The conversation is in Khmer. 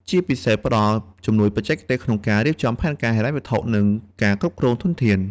ជាពិសេសផ្តល់ជំនួយបច្ចេកទេសក្នុងការរៀបចំផែនការហិរញ្ញវត្ថុ និងការគ្រប់គ្រងធនធាន។